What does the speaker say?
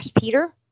Peter